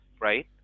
right